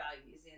values